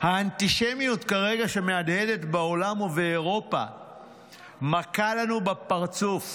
האנטישמיות שמהדהדת כרגע בעולם ובאירופה מכה לנו בפרצוף.